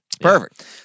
Perfect